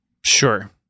Sure